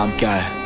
um god!